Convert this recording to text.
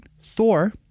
Thor